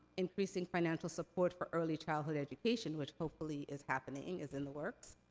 increasing financial support for early childhood education, which hopefully is happening, is in the works.